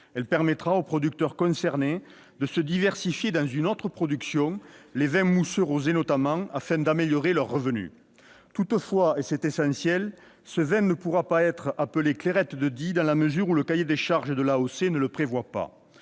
Elle permettra aux producteurs concernés de se diversifier dans une autre production, les vins mousseux rosés notamment, afin d'améliorer leurs revenus. Toutefois, et c'est essentiel, ce vin ne pourra pas être appelé « Clairette de Die », dans la mesure où le cahier des charges de l'AOC ne le prévoit pas.